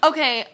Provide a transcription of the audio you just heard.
Okay